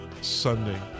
sunday